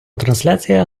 трансляція